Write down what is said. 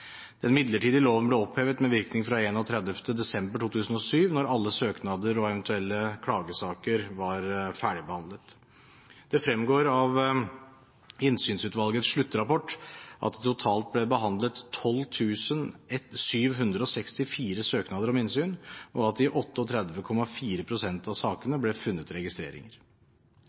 Den midlertidige loven ble opphevet med virkning fra 31. desember 2007, da alle søknader og eventuelle klagesaker var ferdigbehandlet. Det fremgår av Innsynsutvalgets sluttrapport at det totalt ble behandlet 12 764 søknader om innsyn, og at det i 38,4 pst. av sakene ble funnet registreringer.